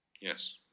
yes